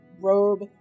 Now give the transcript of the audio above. robe